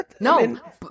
No